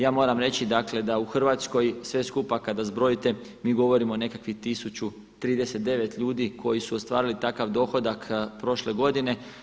Ja moram reći, dakle, da u Hrvatskoj sve skupa kada zbrojite mi govorimo o nekakvih 1.039 ljudi koji su ostvarili takav dohodak prošle godine.